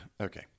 okay